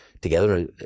together